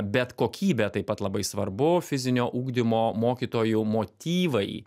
bet kokybė taip pat labai svarbu fizinio ugdymo mokytojų motyvai